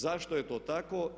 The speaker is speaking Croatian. Zašto je to tako?